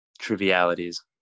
trivialities